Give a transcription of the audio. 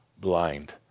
blind